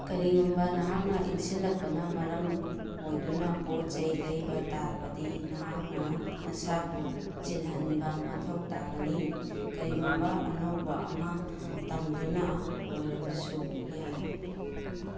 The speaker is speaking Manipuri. ꯀꯔꯤꯒꯨꯝꯕ ꯅꯍꯥꯛꯅ ꯏꯟꯁꯤꯜꯂꯛꯄꯅ ꯃꯔꯝ ꯑꯣꯏꯗꯨꯅ ꯄꯣꯠ ꯆꯩ ꯂꯩꯕ ꯇꯥꯔꯒꯕꯗꯤ ꯅꯍꯥꯛꯅ ꯅꯁꯥꯕꯨ ꯆꯤꯜꯍꯟꯕ ꯃꯊꯧ ꯇꯥꯒꯅꯤ ꯀꯔꯤꯒꯨꯝꯕ ꯑꯅꯧꯕ ꯑꯃ ꯇꯝꯗꯨꯅ ꯑꯣꯏꯔꯕꯗꯨ ꯌꯥꯏ